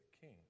king